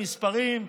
במספרים,